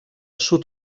sud